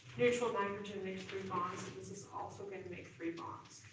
neutral nitrogen makes three bonds and this is also going to make three bonds.